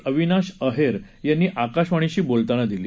अविनाश आहेर यांनी आकाशवाणीशी बोलतांना दिली